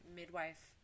midwife